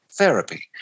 Therapy